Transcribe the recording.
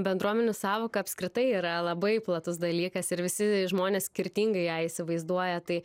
bendruomenių sąvoka apskritai yra labai platus dalykas ir visi žmonės skirtingai ją įsivaizduoja tai